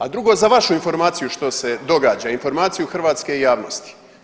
A drugo za vašu informaciju što se događa, informaciju hrvatske javnosti.